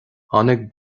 tháinig